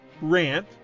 rant